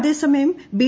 അതേസമയം ബി